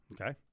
Okay